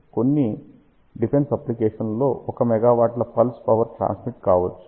కొన్ని defence application లలో 1 మెగావాట్ల పల్స్ పవర్ ట్రాన్స్మిట్ కావచ్చు